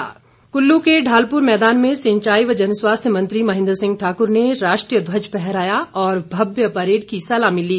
स्वतंत्रता दिवस कुल्लू कुल्लू के ढालपुर मैदान में सिंचाई व जनस्वास्थ्य मंत्री महेन्द्र सिंह ठाकुर ने राष्ट्रीय ध्वज फहराया और मव्य परेड की सलामी ली